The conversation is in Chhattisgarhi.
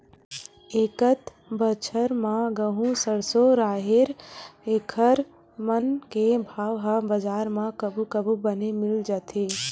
एकत बछर म गहूँ, सरसो, राहेर एखर मन के भाव ह बजार म कभू कभू बने मिल जाथे